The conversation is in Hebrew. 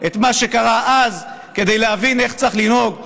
את מה שקרה אז כדי להבין איך צריך לנהוג,